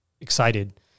excited